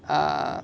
uh